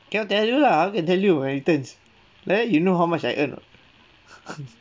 cannot tell you lah how can tell you my returns like that you know how much I earn [what]